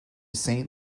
saint